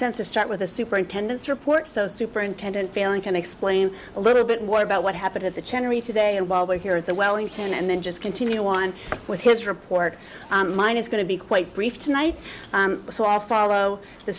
sense to start with the superintendent's report so superintendent failing can explain a little bit more about what happened at the cherry today and while we're here at the wellington and then just continue on with his report mine is going to be quite brief tonight so i follow the